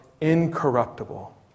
incorruptible